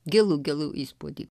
gilų gilų įspūdį